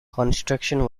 construction